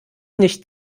nicht